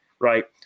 right